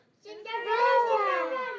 Cinderella